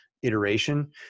iteration